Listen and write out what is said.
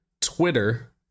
Twitter